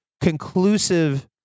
conclusive